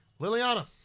Liliana